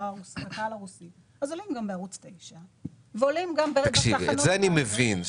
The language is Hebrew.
הרוסי אז עולים גם בערוץ 9. את זה אני מבין,